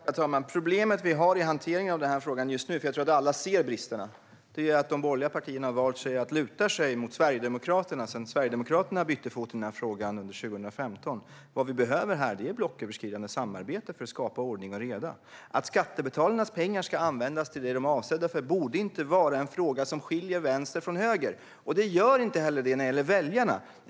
Herr talman! Det problem vi har i hanteringen av den här frågan just nu, för jag tror att alla ser bristerna, är att de borgerliga partierna har valt att luta sig mot Sverigedemokraterna sedan Sverigedemokraterna bytte fot i frågan under 2015. Vad vi behöver här är blocköverskridande samarbete för att skapa ordning och reda. Att skattebetalarnas pengar ska användas till det som de är avsedda för borde inte vara en fråga som skiljer vänster från höger, och det gör den inte heller när det gäller väljarna.